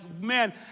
man